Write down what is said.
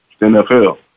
NFL